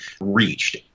reached